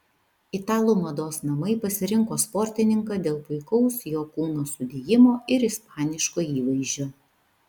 italų mados namai pasirinko sportininką dėl puikaus jo kūno sudėjimo ir ispaniško įvaizdžio